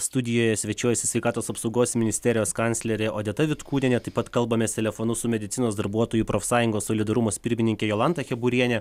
studijoje svečiuojasi sveikatos apsaugos ministerijos kanclerė odeta vitkūnienė taip pat kalbamės telefonu su medicinos darbuotojų profsąjungos solidarumas pirmininke jolanta keburiene